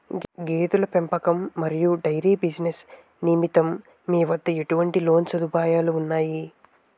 గేదెల పెంపకం మరియు డైరీ బిజినెస్ నిమిత్తం మీ వద్ద ఎటువంటి లోన్ సదుపాయాలు ఉన్నాయి?